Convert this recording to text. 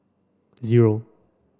zero